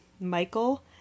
Michael